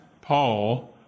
Paul